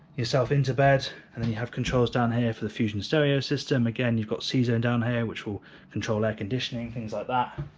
yourself into bed, and then you have controls down here for the fusion stereo system, again you've got c-zone down here, which will control air conditioning, things like that,